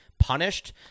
punished